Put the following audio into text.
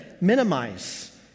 minimize